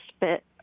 bit